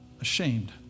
ashamed